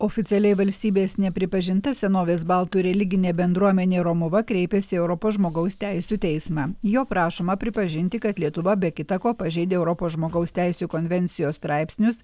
oficialiai valstybės nepripažinta senovės baltų religinė bendruomenė romuva kreipėsi į europos žmogaus teisių teismą jo prašoma pripažinti kad lietuva be kita ko pažeidė europos žmogaus teisių konvencijos straipsnius